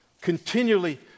continually